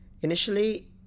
Initially